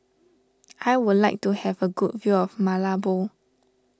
I would like to have a good view of Malabo